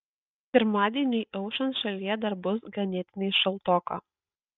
pirmadieniui auštant šalyje dar bus ganėtinai šaltoka